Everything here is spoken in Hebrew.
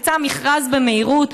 יצא מכרז במהירות,